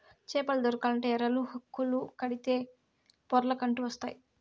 చేపలు దొరకాలంటే ఎరలు, హుక్కులు కడితే పొర్లకంటూ వస్తాయి